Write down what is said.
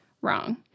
wrong